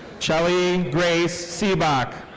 shallie grace sibok.